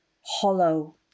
hollow